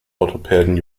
orthopäden